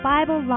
Bible